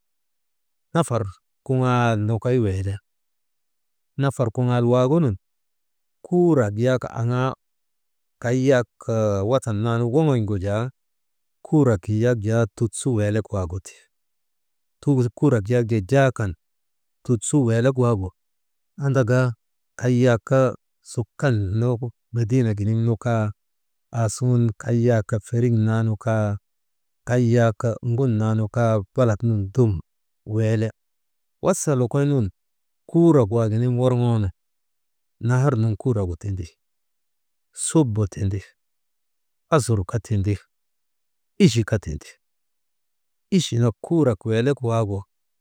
Nafar kuŋaal nokoz weele, nafar kuŋaal waagunun kuurak yak kay watan naanu woŋon̰gu jaa, kuurak yak jaa tut su weelek waagu ti, kuurak yak jaa jaa kan tut su weelek waagu andaka, kay yak sukan nu mediinek giniŋ nu kaa, aasuŋun kay yak feriŋ naanu kaa, kay yak ŋun naa nu kaa, balat nun dum weele, wasa lokoynun kuurak waaginiŋ worŋoonu, nahar nun kuuragu tindi, subu tindi, asur kaa tindi, ichi kaa tindi, ichi nak kuurat weelek waagu.